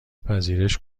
پذیرش